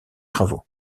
travaux